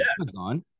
Amazon